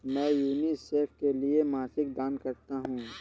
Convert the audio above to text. मैं यूनिसेफ के लिए मासिक दान करता हूं